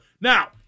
Now